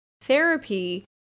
therapy